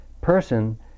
person